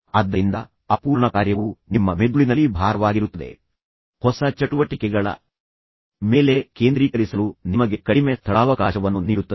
ಆದ್ದರಿಂದ ಅಪೂರ್ಣ ಕಾರ್ಯವು ನಿಮ್ಮ ಮೆದುಳಿನಲ್ಲಿ ಭಾರವಾಗಿರುತ್ತದೆ ಹೊಸ ಚಟುವಟಿಕೆಗಳ ಮೇಲೆ ಕೇಂದ್ರೀಕರಿಸಲು ಮತ್ತು ನಿಮಗೆ ಕಡಿಮೆ ಸ್ಥಳಾವಕಾಶವನ್ನು ನೀಡುತ್ತದೆ